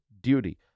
duty